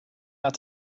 out